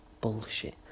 bullshit